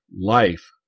life